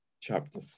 Chapter